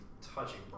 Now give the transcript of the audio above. touching